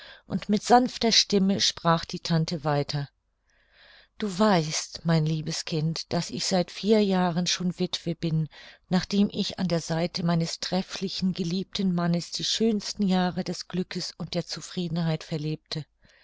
und mit sanfter stimme sprach die tante weiter du weißt mein liebes kind daß ich seit vier jahren schon wittwe bin nachdem ich an der seite meines trefflichen geliebten mannes die schönsten jahre des glückes und der zufriedenheit verlebte